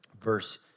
verse